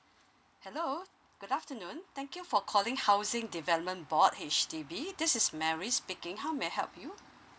hello good afternoon thank you for calling housing development board H_D_B this is mary speaking how may I help you